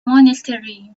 monastery